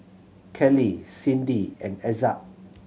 Kelli Cindi and Ezzard